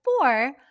four